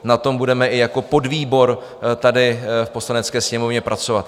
Na tom budeme i jako podvýbor tady v Poslanecké sněmovně pracovat.